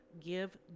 Give